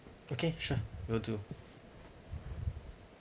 okay sure will do